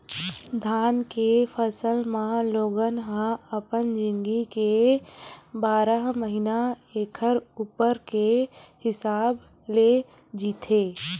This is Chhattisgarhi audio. धान के फसल म लोगन ह अपन जिनगी के बारह महिना ऐखर उपज के हिसाब ले जीथे